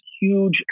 huge